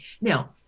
Now